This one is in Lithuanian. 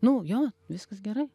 nu jo viskas gerai